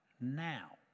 now